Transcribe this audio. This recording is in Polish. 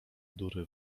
durry